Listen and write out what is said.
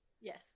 Yes